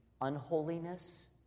unholiness